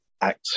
act